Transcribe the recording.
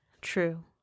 True